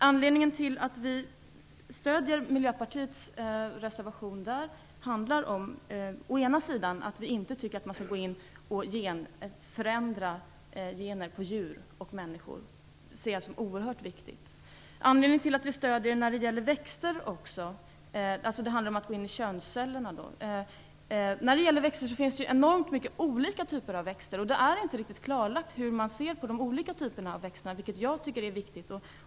Anledningen till att vi stöder Miljöpartiets reservation är att vi inte tycker att man skall gå in i könscellerna och förändra gener på djur och människor. Det ser jag som oerhört viktigt. Vi stöder reservationen även när det gäller växter. Det finns ju enormt många olika typer av växter, och det är inte riktigt klarlagt hur man ser på de olika typerna av växter, vilket jag tycker är viktigt.